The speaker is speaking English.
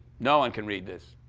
no one can read this.